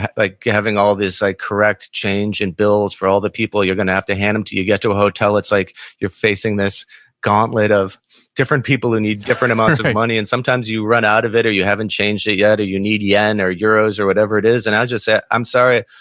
like having all this correct change and bills for all the people you're going to have to hand them to. you get to a hotel, it's like you're facing this gauntlet of different people who need different amounts of money, and sometimes you run out of it or you haven't changed it yet, or you need yen or euros or whatever it is, and i'll just say, i'm sorry.